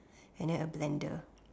and then a blender